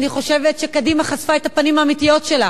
אני חושבת שקדימה חשפה את הפנים האמיתיות שלה